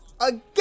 AGAIN